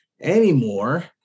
anymore